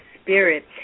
spirit